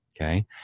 Okay